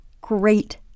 great